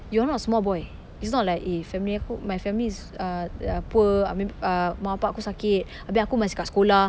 you are not small boy it's not like eh family aku my family is uh uh poor I mean uh mak bapa aku sakit abeh aku masih kat sekolah